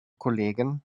kollegen